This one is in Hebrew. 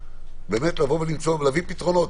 באמת להביא פתרונות.